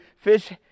fish